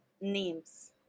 names